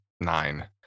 nine